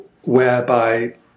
whereby